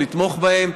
לתמוך בהם.